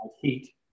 heat